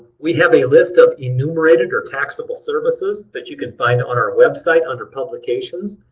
we have a list of enumerated or taxable services that you can find on our website under publications.